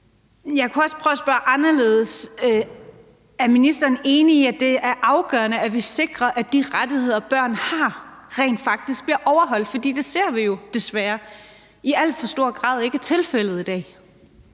Jeg kunne også prøve at spørge anderledes: Er ministeren enig i, at det er afgørende, at vi sikrer, at de rettigheder, børn har, rent faktisk bliver overholdt? Vi ser jo desværre i alt for stor grad i dag, at det ikke